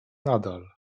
nadal